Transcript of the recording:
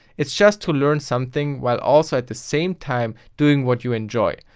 it's just to learn something while also at the same time doing what you enjoy,